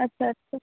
আচ্ছা আচ্ছা